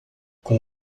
com